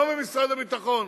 לא ממשרד הביטחון.